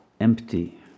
Empty